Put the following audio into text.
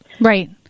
right